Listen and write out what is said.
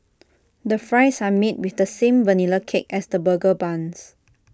the fries are made with the same Vanilla cake as the burger buns